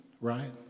right